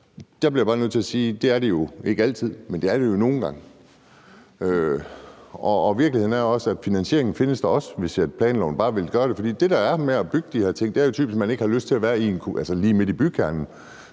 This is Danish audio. Der bliver jeg bare nødt til at sige, at det er det ikke altid, men det er det jo nogle gange. Virkeligheden er også, at finansieringen også findes, hvis planloven bare tillod det, for det, der er i forhold til at bygge de her ting, er jo typisk, at man ikke har lyst til at være lige midt i bykernen,